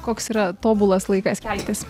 koks yra tobulas laikas keltis